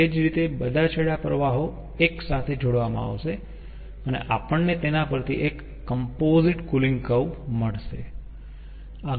તે જ રીતે બધા ઠંડા પ્રવાહો એક સાથે જોડવામાં આવશે અને આપણને તેના પરથી એક કમ્પોઝિટ કૂલિંગ કર્વ મળશે